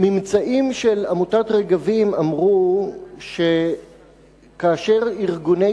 הממצאים של עמותת "רגבים" אמרו שכאשר ארגוני